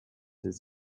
his